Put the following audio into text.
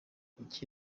iki